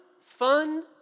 fun